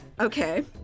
Okay